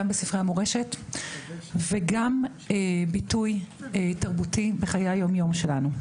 גם בספרי המורשת וגם ביטוי תרבותי בחיי היום-יום שלנו.